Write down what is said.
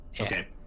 Okay